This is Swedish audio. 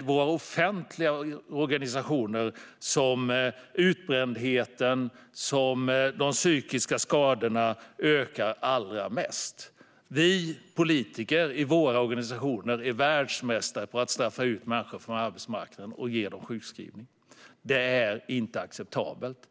våra offentliga organisationer, som utbrändheten och de psykiska skadorna ökar allra mest. Vi politiker, i våra organisationer, är världsmästare på att straffa ut människor från arbetsmarknaden och ge dem sjukskrivning. Det är inte acceptabelt.